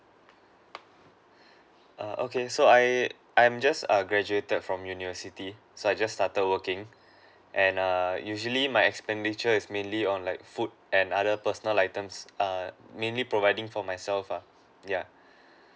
err okay so I I'm just err graduated from university so I just started working and err usually my expenditure is mainly on like food and other personal items err mainly providing for myself uh ya